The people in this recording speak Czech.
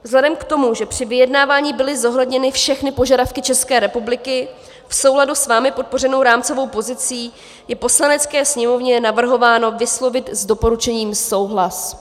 Vzhledem k tomu, že při vyjednávání byly zohledněny všechny požadavky České republiky, v souladu s vámi podpořenou rámcovou pozicí je Poslanecké sněmovně navrhováno vyslovit s doporučením souhlas.